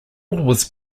was